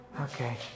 Okay